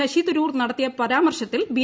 ശശി തരൂർ നടത്തിയ പരാമർശത്തിൽ ബി